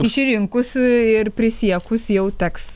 išrinkusiu ir prisiekus jau teks